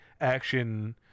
action